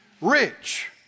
rich